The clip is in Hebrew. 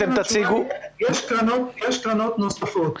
קרנות נוספות.